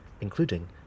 including